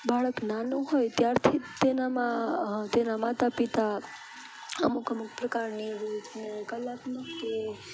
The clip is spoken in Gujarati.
બાળક નાનું હોય ત્યારથી જ તેનામાં તેના માતા પિતા અમુક અમુક પ્રકારની ને એવી રીતને કલાત્મક કે